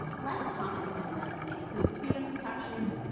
less common symptoms include sputum production,